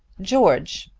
george,